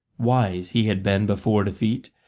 wise he had been before defeat,